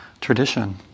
tradition